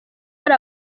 hari